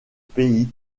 pays